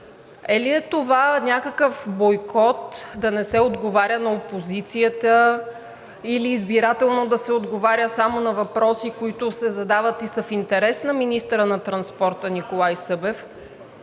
Е ли това някакъв бойкот да не се отговаря на опозицията, или избирателно да се отговаря само на въпроси, които се задават и са в интерес на министъра на транспорта Николай Събев?